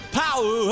power